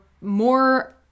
more